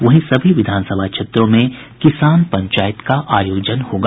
वहीं सभी विधानसभा क्षेत्रों में किसान पंचायत का आयोजन होगा